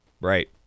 Right